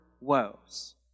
woes